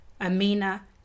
Amina